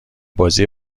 بازی